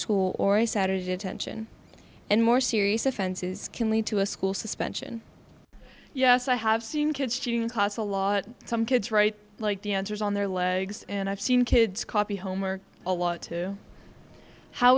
school or a saturday attention and more serious offenses can lead to a school suspension yes i have seen kids didn't cause a lot some kids right like dancers on their legs and i've seen kids copy homer a lot too how